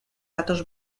datoz